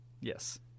Yes